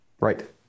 Right